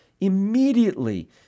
immediately